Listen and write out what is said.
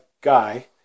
guy